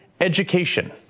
education